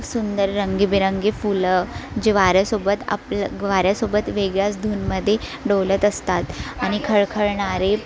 सुंदर रंगीबेरंगी फुलं जे वाऱ्यासोबत आपलं वाऱ्यासोबत वेगळ्याच धूनमध्ये डोलत असतात आणि खळखळणारे